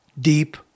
deep